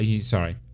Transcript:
Sorry